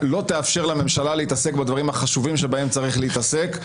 לא תאפשר לממשלה להתעסק בדברים החשובים שבהם צריך להתעסק,